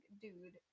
Dude